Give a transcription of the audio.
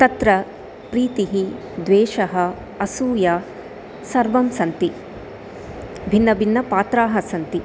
तत्र प्रीतिः द्वेषः असूया सर्वं सन्ति भिन्न भिन्न पात्राः सन्ति